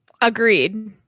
agreed